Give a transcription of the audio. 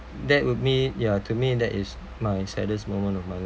that would me ya to me that is my saddest moment of my life